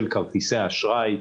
של כרטיסי האשראי,